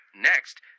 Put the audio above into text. Next